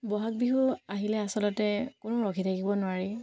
বহাগ বিহু আহিলে আচলতে কোনো ৰখি থাকিব নোৱাৰি